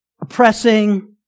oppressing